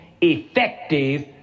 effective